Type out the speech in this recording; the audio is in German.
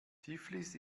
tiflis